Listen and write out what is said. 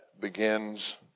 begins